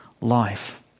life